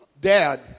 dad